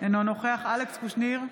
אינו נוכח אלכס קושניר,